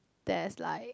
there's like